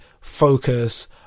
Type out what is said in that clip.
Focus